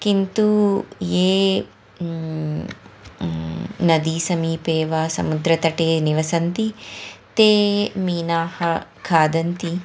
किन्तु ये नदी समीपे वा समुद्रतटे निवसन्ति ते मीनाः खादन्ति